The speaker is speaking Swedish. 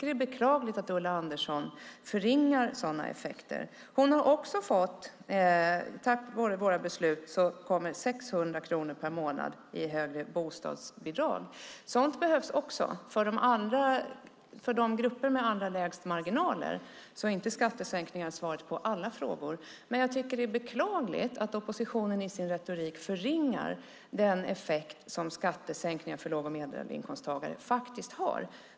Det är beklagligt att Ulla Andersson förringar sådana effekter. Tack vare våra beslut kommer den ensamstående mamman att få 600 kronor per månad i högre bostadsbidrag. Sådant behövs också. För grupperna med allra lägst marginaler är inte skattesänkningar svaret på alla frågor, men jag tycker att det är beklagligt att oppositionen förringar den effekt som skattesänkningar faktiskt har för låg och medelinkomsttagare.